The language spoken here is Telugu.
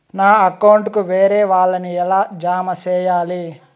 నా అకౌంట్ కు వేరే వాళ్ళ ని ఎలా జామ సేయాలి?